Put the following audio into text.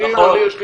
זאת אומרת, אם יש לי